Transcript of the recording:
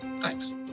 Thanks